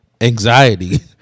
anxiety